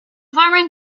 farming